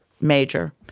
major